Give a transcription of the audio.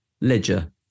ledger